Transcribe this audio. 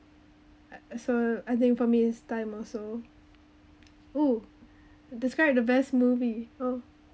so I think for me it's time also oo describe the best movie oh